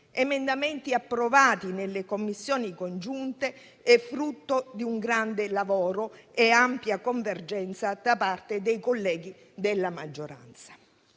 emendamenti approvati nelle Commissioni riunite e frutto di un grande lavoro e di un'ampia convergenza da parte dei colleghi della maggioranza.